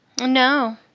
No